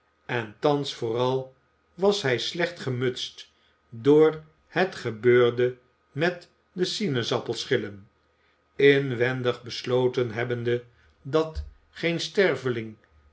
en thans vooral was hij slecht gemutst door het gebeurde met de sinaasappel schillen inwendig besloten hebbende dat geen sterveling